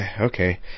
okay